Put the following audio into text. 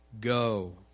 go